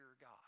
God